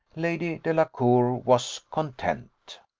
lady delacour was content.